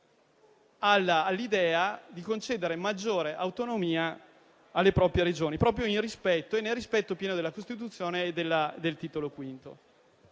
all'idea di concedere maggiore autonomia alle proprie Regioni, proprio nel rispetto pieno della Costituzione e del Titolo V.